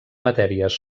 matèries